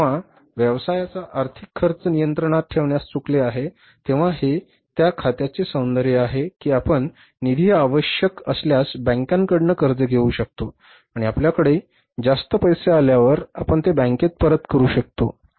जेव्हा व्यवसायाचा आर्थिक खर्च नियंत्रणात ठेवण्यास चुकले आहे तेव्हा आपण निधी आवश्यक असल्यास बँकांकडून कर्ज घेऊ शकतो आणि आपल्याकडे जास्त पैसे आल्यावर आपण ते बँकेत परत करू शकतो